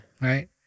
right